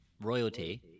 royalty